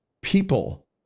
people